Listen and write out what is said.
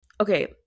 okay